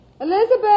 Elizabeth